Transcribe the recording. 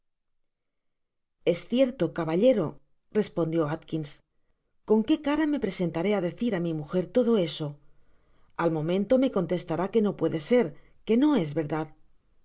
es cierto caballero resptndió atkins con qué cara me presentare á decir á mi mujer todo eso al momento me contestará que no puede ser que no es ver